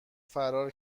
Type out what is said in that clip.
فرار